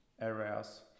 areas